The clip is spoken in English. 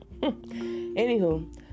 anywho